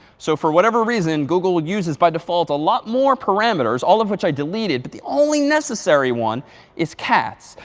so for whatever reason, google uses by default a lot more parameters, all of which i deleted. but the only necessary one is cats.